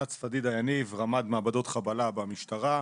אני רמ"ד מעבדות חבלה במשטרה.